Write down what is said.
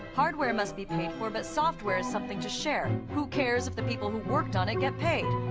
hardware must be paid for but software is something to share. who cares if the people who worked on it get paid?